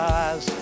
eyes